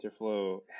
TensorFlow